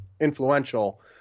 influential